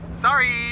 Sorry